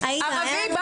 עאידה.